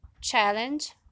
challenge